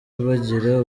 bagira